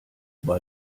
war